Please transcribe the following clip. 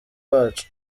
bacu